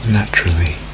naturally